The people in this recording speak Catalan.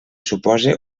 supose